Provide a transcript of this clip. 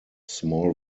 small